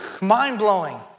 Mind-blowing